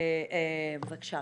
בבקשה.